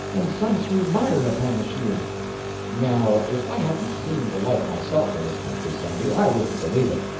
and some threw mire upon the shield now, if i hadn't seen the like myself in this country, sandy, i wouldn't believe it.